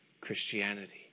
Christianity